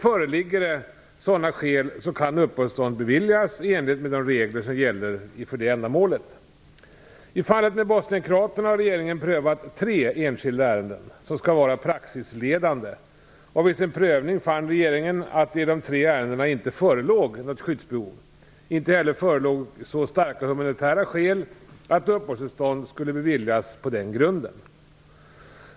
Föreligger sådana skäl kan uppehållstillstånd beviljas i enlighet med de regler som gäller härför. I fallet med bosnienkroaterna har regeringen prövat tre enskilda ärenden som skall vara praxisledande. Vid sin prövning fann regeringen att det i de tre ärendena inte förelåg skyddsbehov, inte heller förelåg så starka humanitära skäl att uppehållstillstånd skulle beviljas på den grunden.